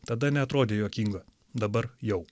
tada neatrodė juokinga dabar jau